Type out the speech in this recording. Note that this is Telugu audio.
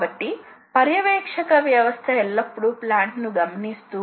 కాబట్టి X 300 X 200 అప్పుడు X అప్పుడు మీరు ఈ పాయింట్ కు వస్తారు